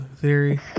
theory